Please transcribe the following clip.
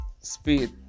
Speed